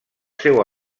seu